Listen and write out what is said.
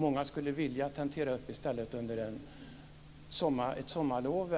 Många skulle i stället vilja tentera upp betygen under t.ex. ett sommarlov.